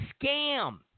scam